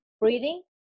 breathing